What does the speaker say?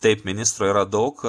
taip ministro yra daug